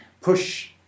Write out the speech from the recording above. push